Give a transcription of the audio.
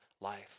life